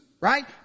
right